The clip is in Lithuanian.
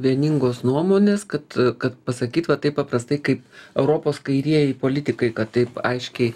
vieningos nuomonės kad kad pasakyt va taip paprastai kaip europos kairieji politikai kad taip aiškiai